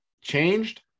changed